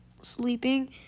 sleeping